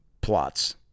plots